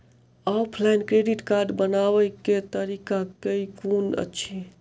Offline credit card बनाबै केँ तरीका केँ कुन अछि?